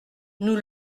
nous